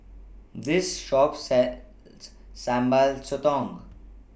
This Shop sells Sambal Sotong